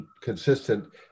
consistent